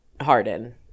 Harden